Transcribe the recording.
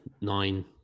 nine